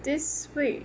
this week